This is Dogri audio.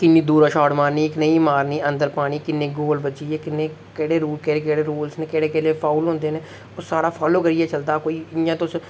किन्नी दूरां शार्ट मारनी कनेही मारनी अंदर पानी किन्ने गोल बज्जी गे किन्ने केह्ड़े रूल केह्ड़े केह्ड़े रूल्स नै केह्डे़ केह्ड़े फाउल होंदे न ओह् सारा फालो करियै चलदा कोई इ'यां तुस